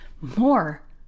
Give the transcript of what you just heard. more